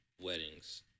weddings